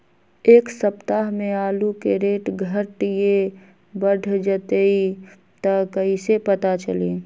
एक सप्ताह मे आलू के रेट घट ये बढ़ जतई त कईसे पता चली?